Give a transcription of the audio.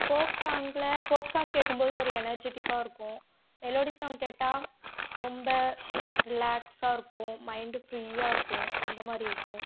folk சாங்கில் folk song கேட்கும்போது ஒரு எனர்ஜிட்டிக்காக இருக்கும் மெலோடி சாங் கேட்டால் ரொம்ப ரிலாக்ஸாயிருக்கும் மைண்டு ஃபிரீயாயிருக்கும் அந்த மாதிரி இருக்கும்